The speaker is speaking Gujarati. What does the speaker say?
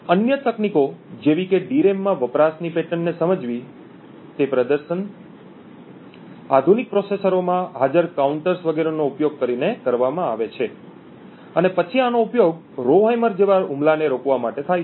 અન્ય તકનિકો જેવી કે ડીરેમ માં વપરાશની પેટર્નને સમજવી તે પ્રદર્શન આધુનિક પ્રોસેસરોમાં હાજર કાઉન્ટર્સ વગેરેનો ઉપયોગ કરીને કરવામાં આવે છે અને પછી આનો ઉપયોગ રોહેમર જેવા હુમલાને રોકવા માટે થાય છે